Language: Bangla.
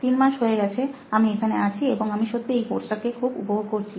তিন মাস হয়ে গেছে আমি এখানে আছি এবং আমি সত্যিই এই কোর্স টা কে খুব উপভোগ করছি